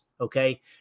okay